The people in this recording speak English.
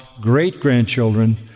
great-grandchildren